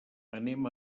anem